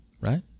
right